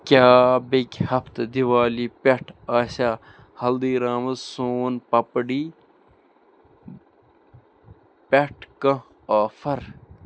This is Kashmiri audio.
کیٛاہ بیٚکہِ ہفتہٕ دِوالی پٮ۪ٹھ آسیٛا ہَلدیٖرامٕز سون پَپڈی پٮ۪ٹھ کانٛہہ آفَر